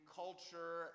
culture